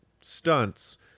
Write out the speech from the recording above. stunts